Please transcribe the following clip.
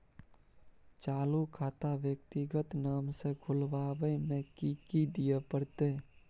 चालू खाता व्यक्तिगत नाम से खुलवाबै में कि की दिये परतै?